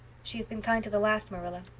she has been kind to the last, marilla.